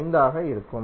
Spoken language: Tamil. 5 ஆக இருக்கும்